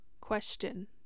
Question